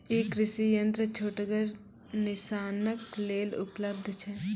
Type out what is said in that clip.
ई कृषि यंत्र छोटगर किसानक लेल उपलव्ध छै?